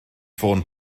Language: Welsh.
ffôn